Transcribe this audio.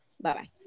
Bye-bye